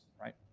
right